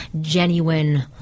genuine